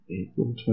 April